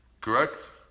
Correct